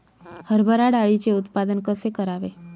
हरभरा डाळीचे उत्पादन कसे करावे?